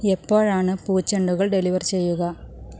എപ്പോഴാണ് പൂച്ചെണ്ടുകൾ ഡെലിവർ ചെയ്യുക